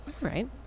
right